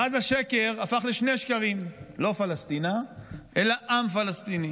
ואז השקר הפך לשני שקרים: לא פלשתינה אלא עם פלסטיני.